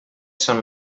són